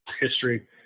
history